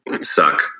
suck